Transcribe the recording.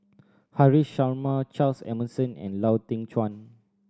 Haresh Sharma Charles Emmerson and Lau Teng Chuan